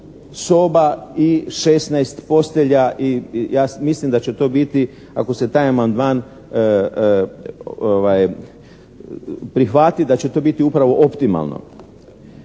soba i 16 postelja i mislim da će to biti, ako se taj amandman prihvati, da će to biti upravo optimalno.